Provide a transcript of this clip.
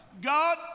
God